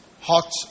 hot